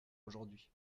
aujourd’hui